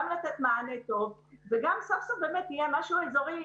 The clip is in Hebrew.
גם לתת מענה טוב וסוף-סוף גם יהיה משהו אזורי,